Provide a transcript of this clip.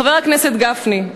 חבר הכנסת גפני,